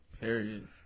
Period